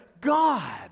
God